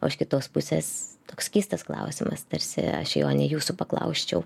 o iš kitos pusės toks keistas klausimas tarsi aš jo nei jūsų paklausčiau